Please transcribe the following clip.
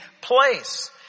place